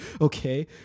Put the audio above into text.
okay